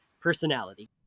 personality